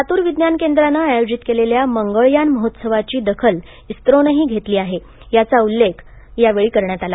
लातूर विज्ञान केंद्राने आयोजित केलेल्या मंगळयान महोत्सवाची दखल इस्रोनेही घेतली आहे याचा विशेष उल्लेख यावेळी करण्यात आला